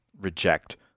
reject